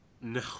No